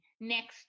next